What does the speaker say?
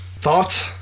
Thoughts